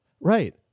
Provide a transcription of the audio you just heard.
Right